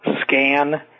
scan